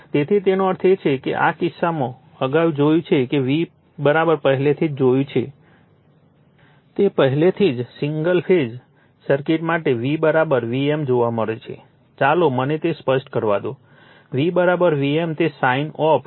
તેથી તેનો અર્થ એ છે કે આ કિસ્સામાં અગાઉ જોયું છે કે v પહેલેથી જ જોયું છે તે પહેલેથી જ સિંગલ ફેઝ સર્કિટ માટે v v m જોવા મળે છે ચાલો મને તે સ્પષ્ટ કરવા દો v v m તે sin of t છે